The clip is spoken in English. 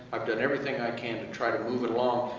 i've done everything i can to try to move it along.